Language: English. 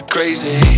Crazy